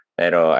pero